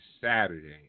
Saturday